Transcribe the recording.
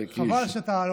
חבל שאתה לא,